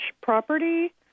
property